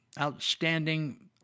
outstanding